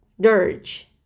dirge